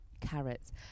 carrots